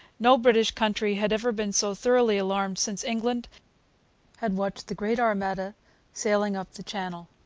no british country had ever been so thoroughly alarmed since england had watched the great armada sailing up the channel.